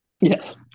Yes